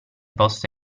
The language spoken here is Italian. posta